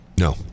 No